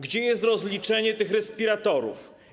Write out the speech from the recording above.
Gdzie jest rozliczenie tych respiratorów?